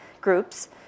groups